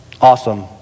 awesome